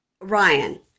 Ryan